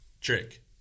Trick